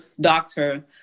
doctor